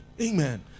Amen